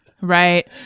Right